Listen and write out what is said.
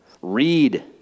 read